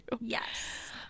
yes